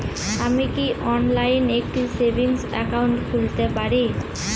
আমি কি অনলাইন একটি সেভিংস একাউন্ট খুলতে পারি?